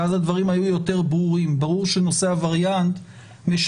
אני לא